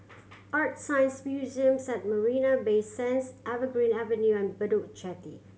ArtScience Museum at Marina Bay Sands Evergreen Avenue and Bedok Jetty